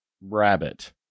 rabbit